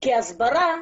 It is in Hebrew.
כי הסברה,